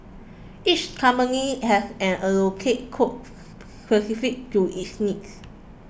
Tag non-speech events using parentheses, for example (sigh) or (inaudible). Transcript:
each company has an allocated quota (noise) specific to its needs